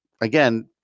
Again